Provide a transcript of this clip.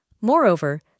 Moreover